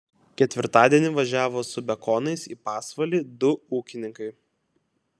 ketvirtadienį važiavo su bekonais į pasvalį du ūkininkai